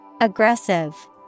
Aggressive